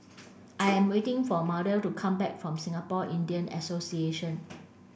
I am waiting for Mardell to come back from Singapore Indian Association